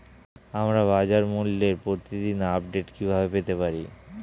আমরা বাজারমূল্যের প্রতিদিন আপডেট কিভাবে পেতে পারি?